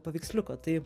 paveiksliuko tai